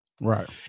right